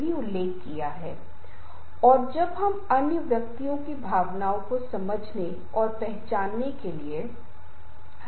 पहले मैं मौखिक के साथ शुरू करूंगा पहली बात यह है कि वर्णनात्मक भाषण का क्या मतलब है